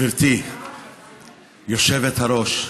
גברתי היושבת-ראש,